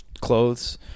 clothes